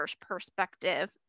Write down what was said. perspective